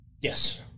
Yes